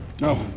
No